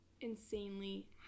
insanely